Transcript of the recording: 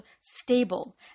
stable